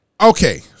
Okay